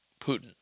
Putin